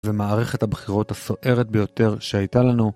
ומערכת הבחירות הסוערת ביותר שהייתה לנו.